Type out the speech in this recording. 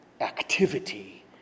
activity